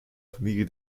familie